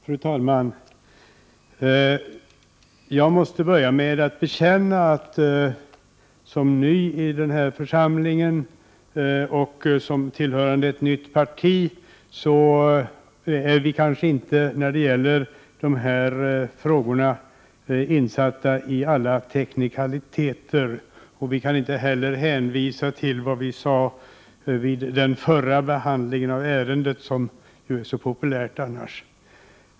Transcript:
Fru talman! Jag måste börja med att bekänna att jag som ny i den här församlingen och som tillhörande ett nytt parti kanske inte är insatt i alla teknikaliteter i de här frågorna. Jag kan inte heller hänvisa till vad vi sade vid den förra behandlingen av ärendet, som ju är så populärt annars.